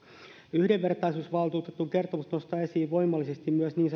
yhdenvertaisuusvaltuutetun kertomus nostaa esiin voimallisesti myös niin